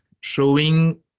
showing